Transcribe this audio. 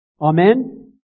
Amen